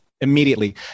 immediately